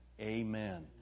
Amen